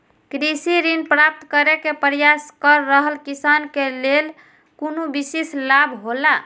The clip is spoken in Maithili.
कृषि ऋण प्राप्त करे के प्रयास कर रहल किसान के लेल कुनु विशेष लाभ हौला?